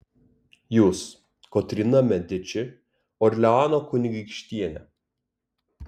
jūs kotryna mediči orleano kunigaikštienė